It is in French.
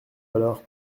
alors